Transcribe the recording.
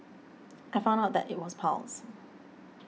I found out that it was piles